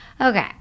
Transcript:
Okay